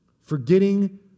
forgetting